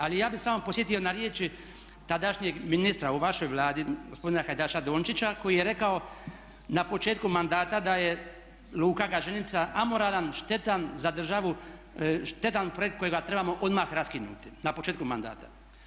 Ali ja bih samo podsjetio na riječi tadašnjeg ministra u vašoj Vladi gospodina Hajdaš Dončića koji je rekao na početku mandata da je luka Gaženica amoralan, štetan za državu štetan projekt kojega trebamo odmah raskinuti na početku mandata.